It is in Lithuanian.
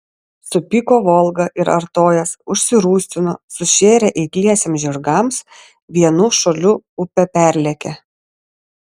supyko volga ir artojas užsirūstino sušėrė eikliesiems žirgams vienu šuoliu upę perlėkė